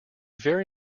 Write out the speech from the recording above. very